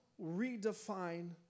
redefine